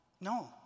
no